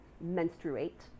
menstruate